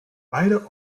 beide